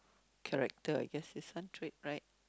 character I guess it's one trait right